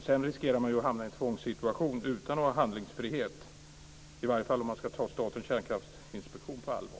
Sedan riskerar man ju att hamna i en tvångssituation utan att ha handlingsfrihet - i alla fall om man ska ta Statens kärnkraftsinspektion på allvar.